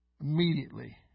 Immediately